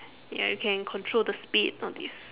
ya you can control the speed all these